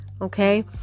Okay